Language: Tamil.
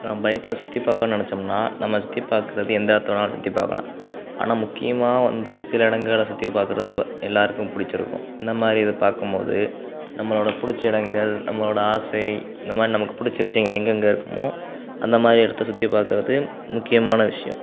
இப்போ நம்ம பைக்கில் சுற்றி பார்க்க நினச்சோம்னா நம்ம சுற்றி பார்க்கறது எந்த இடத்த வேணாலும் சுற்றி பார்க்கலாம் ஆனால் முக்கியமாக வந்து சில இடங்கள சுற்றி பார்க்கறது இப்போ எல்லாேருக்கும் பிடிச்சிருக்கும் இந்த மாதிரி இது பார்க்கும்போது நம்மளோடய பிடிச்ச இடங்கள் நம்மளோடய ஆசை இந்த மாதிரி நமக்கு பிடிச்ச விஷயங்கள் எங்கெங்கே இருக்குமோ அந்த மாதிரி இடத்த சுற்றி பார்க்கறது முக்கியமான விஷயம்